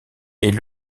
est